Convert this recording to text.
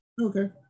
Okay